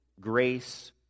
grace